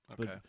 Okay